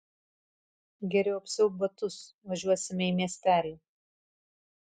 geriau apsiauk batus važiuosime į miestelį